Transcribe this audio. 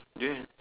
do you have